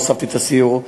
הוספתי את הסיור,